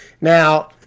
Now